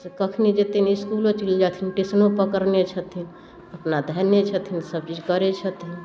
से कखन जेतै इसकुलो चलि जेथिन ट्यूशनो पकड़ने छथिन अपना धेने छथिन सब चीज करै छथिन